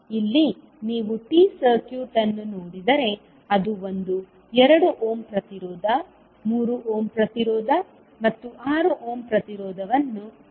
ಇಲ್ಲಿ ನೀವು T circuit ಅನ್ನು ನೋಡಿದರೆ ಅದು ಒಂದು 2 ಓಮ್ ಪ್ರತಿರೋಧ 3 ಓಮ್ ಪ್ರತಿರೋಧ ಮತ್ತು 6 ಓಮ್ ಪ್ರತಿರೋಧವನ್ನು ಹೊಂದಿದೆ